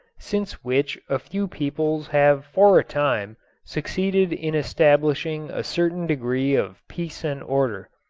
since which a few peoples have for a time succeeded in establishing a certain degree of peace and order.